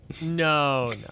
No